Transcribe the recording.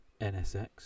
NSX